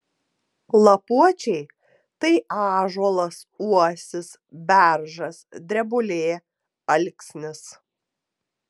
lapuočiai tai ąžuolas uosis beržas drebulė alksnis